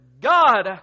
God